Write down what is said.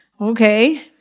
okay